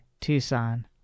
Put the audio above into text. Tucson